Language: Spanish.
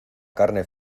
carne